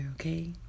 Okay